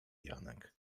janek